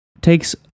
takes